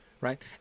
Right